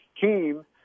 team